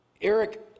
Eric